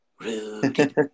Rudy